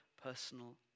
personal